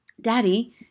Daddy